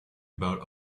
about